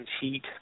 heat